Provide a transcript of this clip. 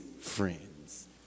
friends